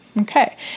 Okay